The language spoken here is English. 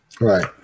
right